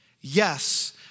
Yes